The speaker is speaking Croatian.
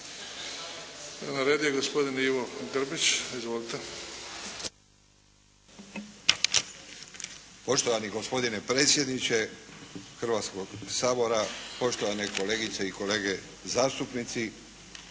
Na redu je gospodin Ivo Grbić. Izvolite. **Grbić, Ivo (HDZ)** Poštovani gospodine predsjedniče Hrvatskog sabora, poštovane kolegice i kolege zastupnici,